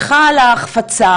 מי צריך את כל הבירוקרטיה הזאת?